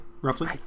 Roughly